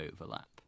overlap